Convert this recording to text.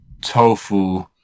tofu